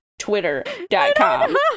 twitter.com